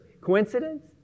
Coincidence